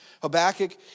Habakkuk